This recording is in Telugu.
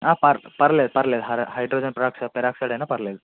పర్ పర్లేదు హైడ్రోజన్ పేర పెరాక్సైడ్ అయిన పర్లేదు